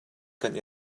kan